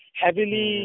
heavily